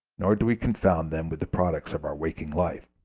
nor do we confound them with the products of our waking life.